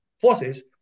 forces